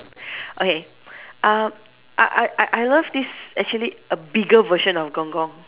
okay uh I I I I love this actually a bigger version of gong-gong